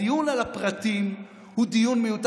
הדיון על הפרטים הוא דיון מיותר.